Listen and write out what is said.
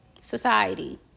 society